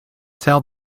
tell